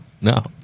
no